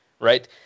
right